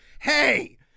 hey